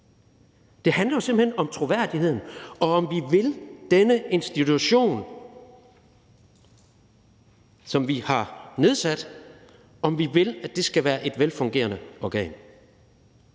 Det handler jo simpelt hen om troværdigheden og om, om vi vil denne institution, som vi har nedsat, om vi vil, at det skal være et velfungerende organ.